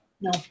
No